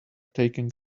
taking